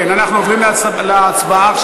אנחנו עוברים עכשיו להצבעה,